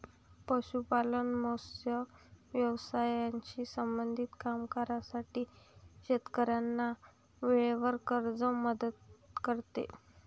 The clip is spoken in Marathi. पशुपालन, मत्स्य व्यवसायाशी संबंधित कामांसाठी शेतकऱ्यांना वेळेवर कर्ज मदत करते